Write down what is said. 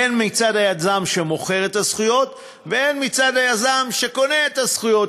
הן מצד היזם שמוכר את הזכויות והן מצד היזם שקונה את הזכויות.